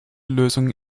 lösung